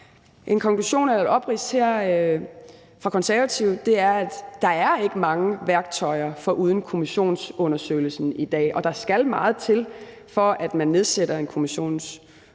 en konklusion eller opridsning fra Det Konservative Folkeparti er, at der ikke er mange værktøjer foruden kommissionsundersøgelsen i dag, og der skal meget til, for at man nedsætter en kommission. Men der er